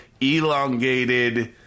elongated